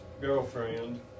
girlfriend